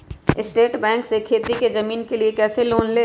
State Bank से खेती की जमीन के लिए कैसे लोन ले?